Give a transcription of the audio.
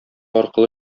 аркылы